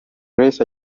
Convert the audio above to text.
grace